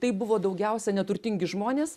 tai buvo daugiausia neturtingi žmonės